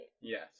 Yes